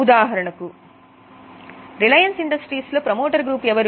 ఉదాహరణకు Reliance Industries లో promoter group ఎవరు